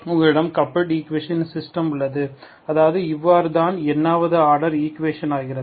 உங்களிடம் கப்பில்ட் ஈக்குவேஷன்களின் சிஸ்டம் உள்ளது அதாவது இவ்வாறு தான் n ஆவது ஆர்டர் ஈக்குவேஷனாகிறது